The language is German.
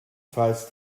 falls